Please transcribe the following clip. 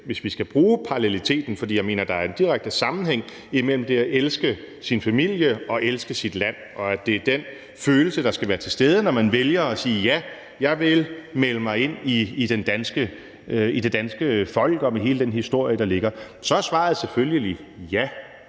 skal vi bruge paralleliteten? For jeg mener, at der er en direkte sammenhæng imellem det at elske sin familie og elske sit land, og at det er den følelse, der skal være til stede, når man vælger at sige: Ja, jeg vil melde mig ind i det danske folk og i hele den historie, der ligger. Og så er svaret selvfølgelig ja.